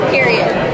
Period